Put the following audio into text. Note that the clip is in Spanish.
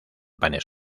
panes